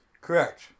Correct